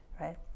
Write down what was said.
right